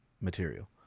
material